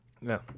no